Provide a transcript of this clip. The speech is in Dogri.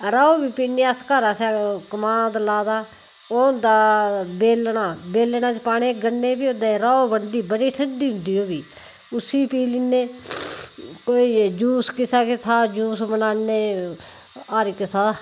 रौह् बी पीने घरा अस कमाद लाए दा ओह् होंदा बेलना च पाने गन्ने दे रौह्ब ब नी जंदी बडी ठंडी होंदी ओ हबी उसी पीने कोई जूस पीने हर इक दा